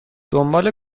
دنبال